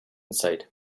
sight